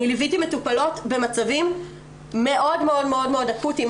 ליוויתי מטופלות במצבים מאוד מאוד אקוטיים.